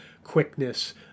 quickness